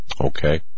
Okay